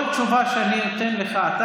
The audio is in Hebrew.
כל תשובה שאני נותן לך אתה,